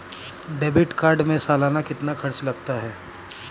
Debit card में सालाना कितना खर्च लगता है?